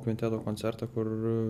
kvinteto koncertą kur